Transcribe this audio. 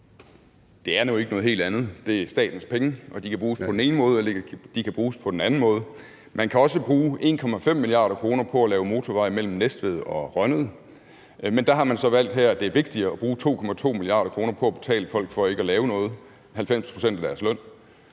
(LA): Det er nu ikke noget helt andet; det er statens penge, og de kan bruges på den ene måde, eller de kan bruges på den anden måde. Man kan også bruge 1,5 mia. kr. på at lave motorvej mellem Næstved og Rønnede, men der har man så valgt her, at det er vigtigere at bruge 2,2 mia. kr. på at betale folk for ikke at lave noget – 90 pct. af deres løn.